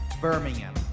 Birmingham